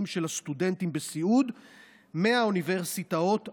של הסטודנטים בסיעוד מהאוניברסיטאות הללו.